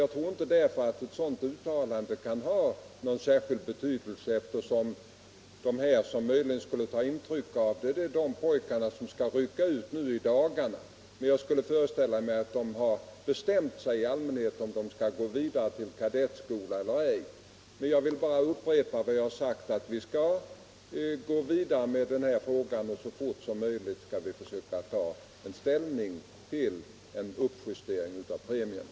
Jag tror följaktligen inte att ett sådant uttalande kan ha någon särskild betydelse, eftersom de 167 som möjligen skulle ta intryck av det är de pojkar som skall rycka ut nu i dagarna. Jag föreställer mig att de i allmänhet har bestämt sig om de skall gå vidare till kadettskola eller ej. Jag vill bara upprepa att vi skall gå vidare med den här frågan och så fort som möjligt försöka ta ställning till en uppjustering av premierna.